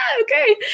okay